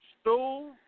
stool